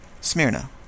Smyrna